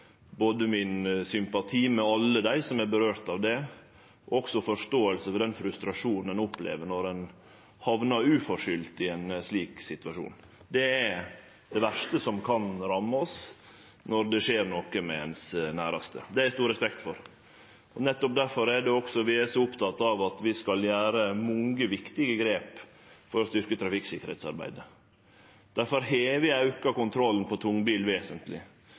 både sympati med alle dei dette gjeld, og forståing for den frustrasjonen ein opplever når ein uforskyld hamnar i ein slik situasjon. Det er det verste som kan ramme oss at det skjer noko med våre næraste. Det har eg stor respekt for. Nettopp difor er det vi er så opptekne av at vi skal gjere mange viktige grep for å styrkje trafikksikkerheitsarbeidet. Difor har vi auka kontrollen med tungbilar vesentleg.